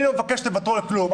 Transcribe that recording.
אני לא מבקש שתוותרו על כלום.